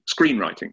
screenwriting